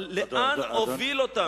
אבל לאן הוביל אותנו,